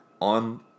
on